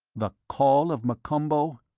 the call of m'kombo?